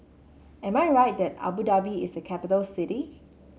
am I right that Abu Dhabi is a capital city